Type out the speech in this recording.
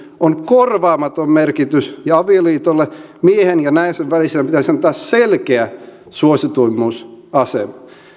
on korvaamaton merkitys ja avioliitolle miehen ja naisen väliselle pitäisi antaa selkeä suosituimmuusasema